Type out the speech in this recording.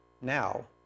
Now